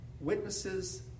witnesses